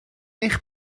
eich